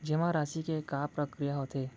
जेमा राशि के का प्रक्रिया होथे?